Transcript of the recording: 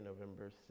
November